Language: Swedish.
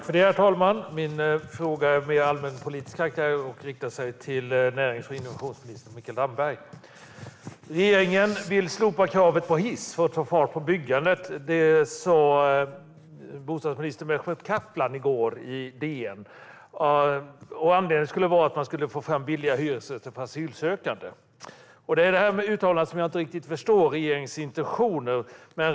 Herr talman! Min fråga är av allmänpolitisk karaktär och riktar sig till närings och innovationsminister Mikael Damberg. Regeringen vill slopa kravet på hiss för att få fart på byggandet. Det sa bostadsminister Mehmet Kaplan i går i DN. Anledningen skulle vara att man ska få fram billiga hyresrätter för asylsökande. Det är angående det här uttalandet som jag inte riktigt förstår regeringens intentioner.